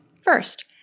First